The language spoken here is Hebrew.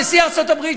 נשיא ארצות-הברית,